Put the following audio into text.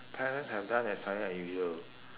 parents have done that is fairly unusual